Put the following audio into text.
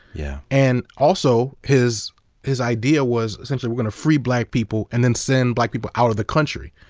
yeah and also his his idea was, essentially, we're gonna free black people and then send black people out of the country,